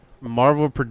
Marvel